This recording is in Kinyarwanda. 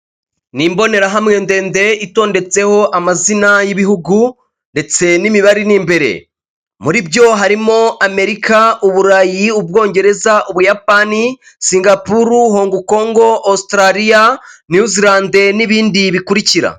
Ni imborahamwe ndende itondetseho amazina y'ibihugu ndetse n'imibare iri imbere, muri byo harimo Amerika, Uburayi, Ubwongereza, Ubuyapani, Singapuru, Hongo Kongo. Ositiraliya, Niyu Zilande n'ibindi bikurikira.